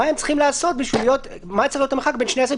מה צריך להיות המרחק ביניהם?